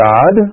God